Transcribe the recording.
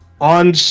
on